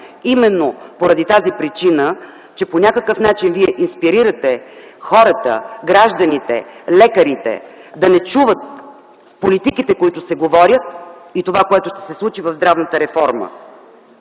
именно поради тази причина, че по някакъв начин Вие инспирирате хората, гражданите, лекарите да не чуват политиките, които се говорят и това, което ще се случи в здравната реформа.